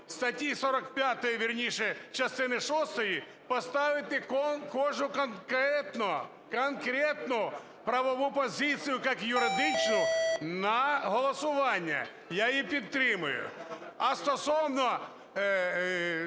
статті 45, вірніше, частини шостої, поставити кожну, конкретну правову позицію как юридичну на голосування. Я її підтримую. А стосовно